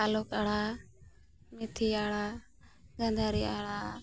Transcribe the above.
ᱟᱞᱚᱠ ᱟᱲᱟᱜ ᱢᱤᱛᱷᱤ ᱟᱲᱟᱜ ᱜᱟᱹᱫᱷᱟᱹᱨᱤ ᱟᱲᱟᱜ